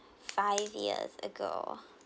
five years ago